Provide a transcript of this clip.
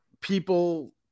people